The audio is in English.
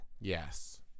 Yes